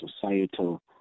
societal